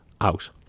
out